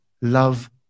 love